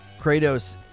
Kratos